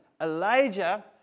Elijah